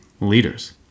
leaders